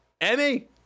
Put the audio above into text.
Emmy